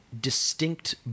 distinct